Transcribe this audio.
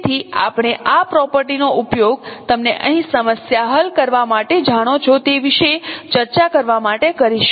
તેથી આપણે આ પ્રોપર્ટી નો ઉપયોગ તમને અહીં સમસ્યા હલ કરવા માટે જાણો છો તે વિશે ચર્ચા કરવા માટે કરીશું